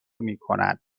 میکند